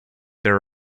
there